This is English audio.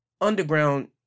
underground